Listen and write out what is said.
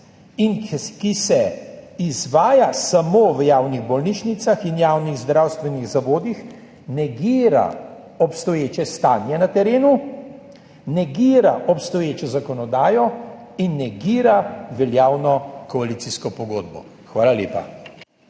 in ki se izvaja samo v javnih bolnišnicah in javnih zdravstvenih zavodih, negira obstoječe stanje na terenu, negira obstoječo zakonodajo in negira veljavno koalicijsko pogodbo. Hvala lepa.